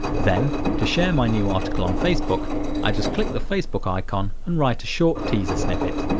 then, to share my new article on facebook i just click the facebook icon and write a short teaser snippet.